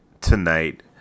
tonight